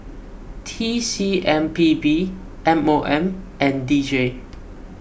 T C M P B M O M and D J